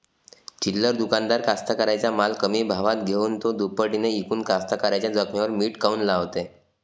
चिल्लर दुकानदार कास्तकाराइच्या माल कमी भावात घेऊन थो दुपटीनं इकून कास्तकाराइच्या जखमेवर मीठ काऊन लावते?